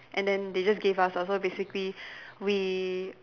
and then they just gave us ah so basically we